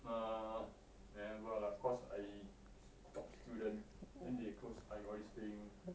nah never lah cause I top student then they closed eye all these thing